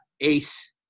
Ace